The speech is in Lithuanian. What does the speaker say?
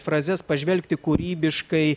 frazes pažvelgti kūrybiškai